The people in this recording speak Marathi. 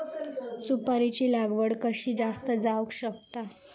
सुपारीची लागवड कशी जास्त जावक शकता?